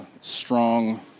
strong